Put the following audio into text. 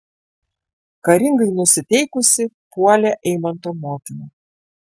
karingai nusiteikusi puolė eimanto motina